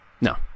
No